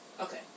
Okay